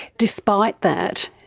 despite that,